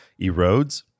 erodes